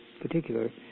particular